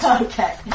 Okay